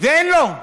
ואין לו.